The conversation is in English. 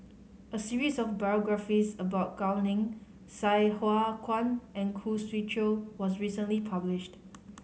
a series of biographies about Gao Ning Sai Hua Kuan and Khoo Swee Chiow was recently published